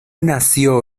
nació